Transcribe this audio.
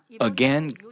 again